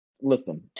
Listen